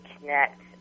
connect